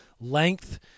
length